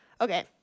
Okay